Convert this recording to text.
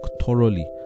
thoroughly